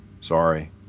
Sorry